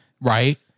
Right